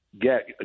get